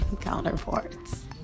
counterparts